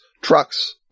trucks